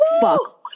Fuck